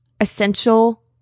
Essential